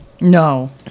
No